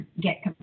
get